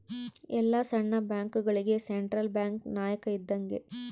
ಎಲ್ಲ ಸಣ್ಣ ಬ್ಯಾಂಕ್ಗಳುಗೆ ಸೆಂಟ್ರಲ್ ಬ್ಯಾಂಕ್ ನಾಯಕ ಇದ್ದಂಗೆ